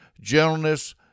gentleness